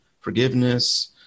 forgiveness